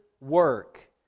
work